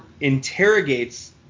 interrogates